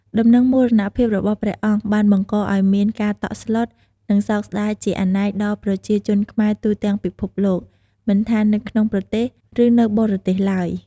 ដំណឹងមរណភាពរបស់ព្រះអង្គបានបង្កឱ្យមានការតក់ស្លុត និងសោកស្ដាយជាអនេកដល់ប្រជាជនខ្មែរទូទាំងពិភពលោក មិនថានៅក្នុងប្រទេស ឬនៅបរទេសឡើយ។